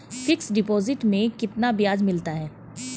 Fix deposit में कितना ब्याज मिलता है?